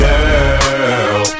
Girl